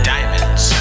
Diamonds